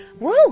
Woo